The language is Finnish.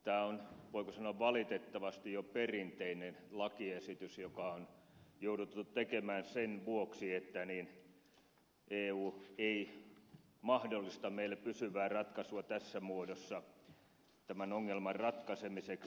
tämä on voiko sanoa valitettavasti jo perinteinen lakiesitys joka on jouduttu tekemään sen vuoksi että eu ei mahdollista meille pysyvää ratkaisua tässä muodossa tämän ongelman ratkaisemiseksi